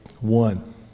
One